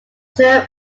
term